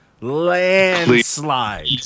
Landslide